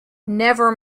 never